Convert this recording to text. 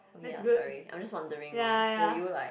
okay lah sorry I'm just wondering lor will you like